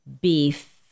beef